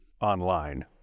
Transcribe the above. online